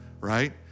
right